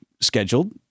scheduled